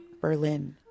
Berlin